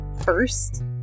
First